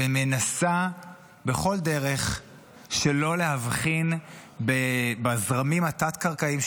ומנסה בכל דרך שלא להבחין בזרמים התת-קרקעיים,